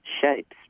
shapes